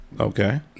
Okay